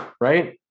right